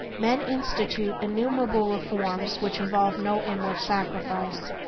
men institute innumerable reforms which involve no inward sacrifice,